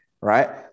right